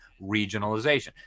regionalization